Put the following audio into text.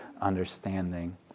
understanding